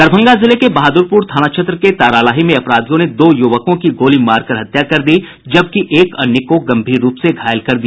दरभंगा जिले के बहादुर थाना क्षेत्र के तारालाही में अपराधियों ने दो युवकों की गोली मारकर हत्या कर दी जबकि एक अन्य को गंभीर रूप से घायल कर दिया